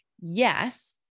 yes